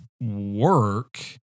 work